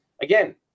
Again